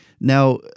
now